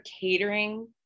catering